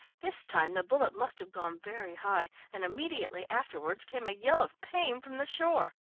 this time the bullet must have gone very high, and immediately afterwards came a yell of pain from the shore.